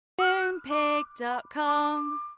Moonpig.com